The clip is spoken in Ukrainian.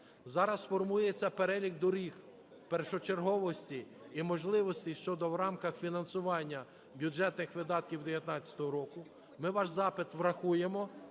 Зараз формується перелік доріг першочерговості і можливості щодо в рамках фінансування бюджетних видатків 19-го року. Ми ваш запит врахуємо